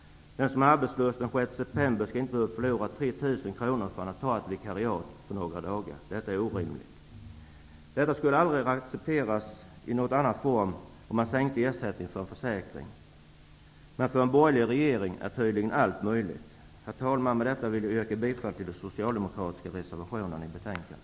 Den som är arbetslös den 6 september skall inte behöva förlora 3 000 kr. för att ta ett vikariat på några dagar. Detta är orimligt. Det skulle aldrig accepteras om ett försäkringsbolag sänkte ersättningen efter det att ett försäkringsfall inträffat. Men för en borgerlig regering är tydligen allting möjligt. Herr talman! Med detta vill jag yrka bifall till den socialdemokratiska reservationen till betänkandet.